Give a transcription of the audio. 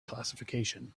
classification